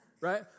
right